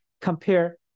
compare